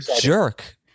jerk